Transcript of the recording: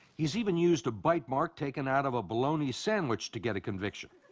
he's even used a bite mark taken out of a bologna sandwich to get a conviction.